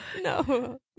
no